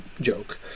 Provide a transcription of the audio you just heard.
joke